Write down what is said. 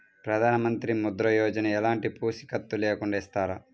ప్రధానమంత్రి ముద్ర యోజన ఎలాంటి పూసికత్తు లేకుండా ఇస్తారా?